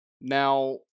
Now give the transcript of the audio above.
Now